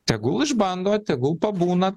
tegul išbando tegul pabūna